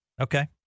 Okay